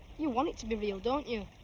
you want it to be real, don't you?